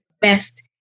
best